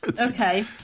Okay